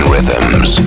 rhythms